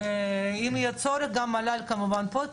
אם יהיה צורך גם מל"ל כמובן פה,